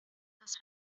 das